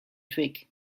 twig